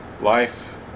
life